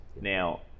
Now